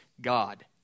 God